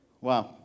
Wow